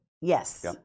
Yes